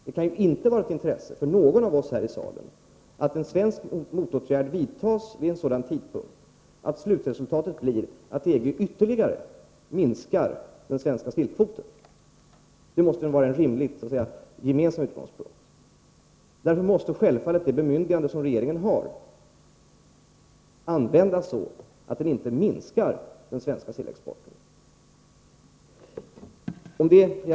Det kan ju inte vara av intresse för någon av oss att en svensk motåtgärd vidtas vid en sådan tidpunkt att slutresultatet blir att EG ytterligare minskar den svenska sillkvoten. Det måste vara en rimlig gemensam utgångspunkt. Därför måste det bemyndigande som regeringen har självfallet användas så, att följden inte blir att den svenska sillexporten minskar.